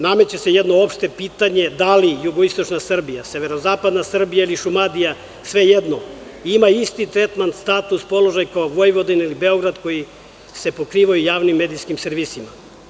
Nameće se jedno opšte pitanje, da li jugoistočna Srbija, severozapadna Srbija ili Šumadija, svejedno, ima isti tretman, status, položaj kao Vojvodina ili Beograd, koji se pokrivaju javnim medijskim servisima?